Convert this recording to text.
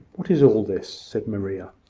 what is all this? said maria,